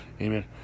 Amen